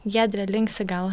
giedrė linksi gal